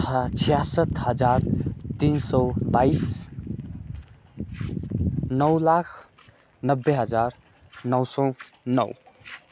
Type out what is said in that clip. छ्यासठ हजार तिन सय बाइस नौ लाख नब्बे हजार नौ सय नौ